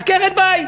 עקרת-בית,